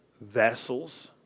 vessels